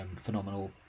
phenomenal